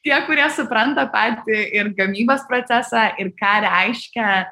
tie kurie supranta patį ir gamybos procesą ir ką reiškia